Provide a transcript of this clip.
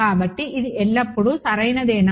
కాబట్టి ఇది ఎల్లప్పుడూ సరైనదేనా